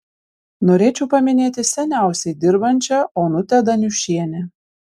norėčiau paminėti seniausiai dirbančią onutę daniušienę